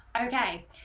Okay